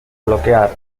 bloquear